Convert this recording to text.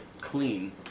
clean